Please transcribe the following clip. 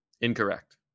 Incorrect